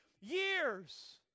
years